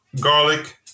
garlic